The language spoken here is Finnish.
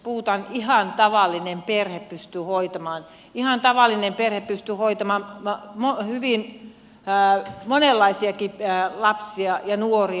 puhutaan että ihan tavallinen perhe pystyy voittamaan ihan tavallinen perhe pysty hoitamaan hyvin monenlaisiakin lapsia ja nuoria